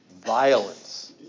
violence